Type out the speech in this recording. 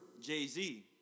Jay-Z